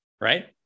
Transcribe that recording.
Right